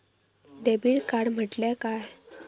Debit card म्हटल्या काय?